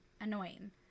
annoying